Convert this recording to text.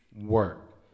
work